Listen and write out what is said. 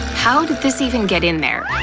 how'd this even get in there?